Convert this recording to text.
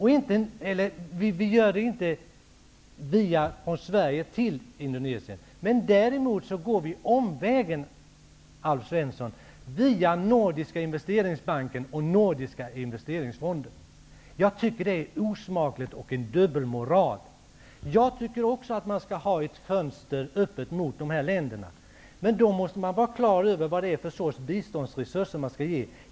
Vi gör det inte direkt från Sverige till Indonesien. Däremot går vi omvägen, Alf Svensson, via Nordiska investeringsbanken och Nordiska investeringsfonden. Det är osmakligt och det är dubbelmoraliskt. Jag tycker också att man skall ha ett fönster öppet mot de här länderna, men då måste man vara klar över vad det är för sorts biståndsresurser som man skall ge.